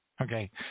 Okay